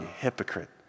hypocrite